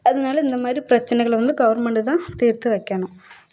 அதனால இந்த மாதிரி பிரச்சனைகளை வந்து கவர்மெண்டு தான் தீர்த்து வைக்கணும்